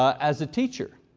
as a teacher.